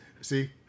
See